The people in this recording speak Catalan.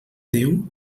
déu